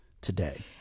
today